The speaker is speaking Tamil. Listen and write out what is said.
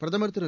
பிரதமா் திரு